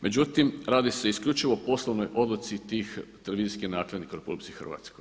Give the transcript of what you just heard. Međutim, radi se isključivo o poslovnoj odluci tih televizijskih nakladnika u RH.